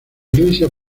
iglesia